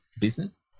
business